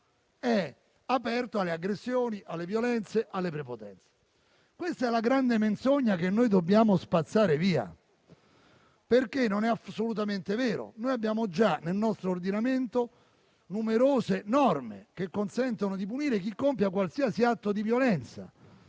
è aperto alle aggressioni, alle violenze, alle prepotenze. Questa è la grande menzogna che dobbiamo spazzare via perché non è assolutamente vero. Noi abbiamo già nel nostro ordinamento numerose norme che consentono di punire chi compia qualsiasi atto di violenza.